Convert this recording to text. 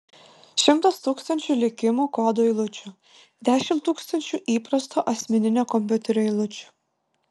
šimtas tūkstančių likimo kodo eilučių dešimt tūkstančių įprasto asmeninio kompiuterio eilučių